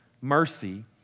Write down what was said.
mercy